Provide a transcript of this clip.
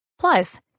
Plus